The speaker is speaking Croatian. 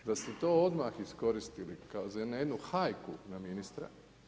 Da ste to odmah iskoristili na jednu hajku na ministra.